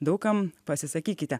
daug kam pasisakykite